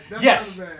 Yes